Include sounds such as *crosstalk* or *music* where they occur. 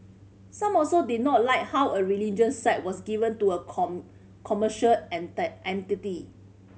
some also did not like how a religious site was given to a *unintelligible* commercial *unintelligible* entity